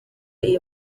iyi